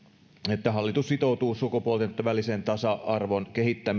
että hallitus sitoutuu sukupuolten välisen tasa arvon